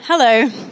Hello